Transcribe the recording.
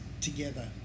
together